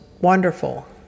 wonderful